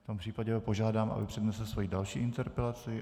V tom případě ho požádám, aby přednesl svoji další interpelaci.